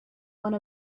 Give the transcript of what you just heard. one